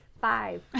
five